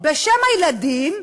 בשם הילדים,